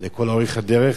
לכל אורך הדרך,